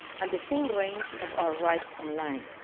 and the full range of our rights online,